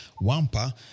Wampa